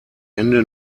ende